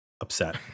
upset